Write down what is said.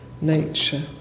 nature